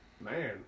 Man